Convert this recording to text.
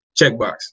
checkbox